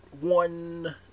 one